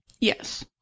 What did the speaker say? Yes